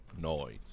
noise